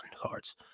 cards